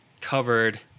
covered